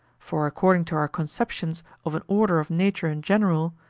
for according to our conceptions of an order of nature in general,